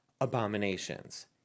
abominations